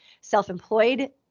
self-employed